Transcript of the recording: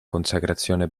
consacrazione